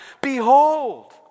behold